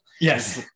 Yes